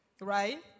right